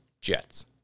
Jets